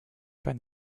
pas